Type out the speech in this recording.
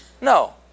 No